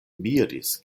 miris